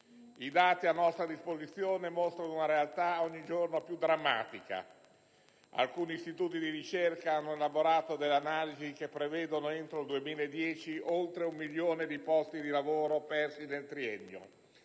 I dati a nostra disposizione mostrano una realtà ogni giorno più drammatica. Alcuni istituti di ricerca hanno elaborato delle analisi che prevedono entro il 2010 oltre un milione di posti di lavoro persi nel triennio,